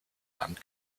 land